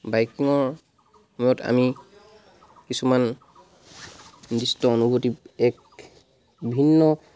বাইকিঙৰ সময়ত আমি কিছুমান নিৰ্দিষ্ট অনুভূতি এক ভিন্ন